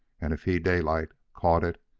and if he, daylight, caught it,